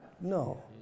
No